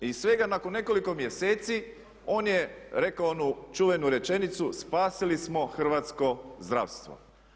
Iz svega nakon nekoliko mjeseci on je rekao onu čuvenu rečenicu spasili smo hrvatsko zdravstvo.